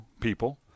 people